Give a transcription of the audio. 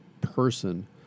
person